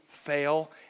fail